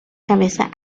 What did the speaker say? cabeza